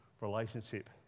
relationship